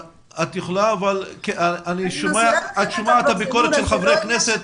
את שומעת את הביקורת של חברי הכנסת.